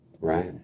Right